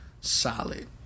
solid